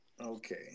okay